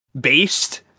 based